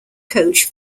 coach